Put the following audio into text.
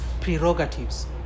prerogatives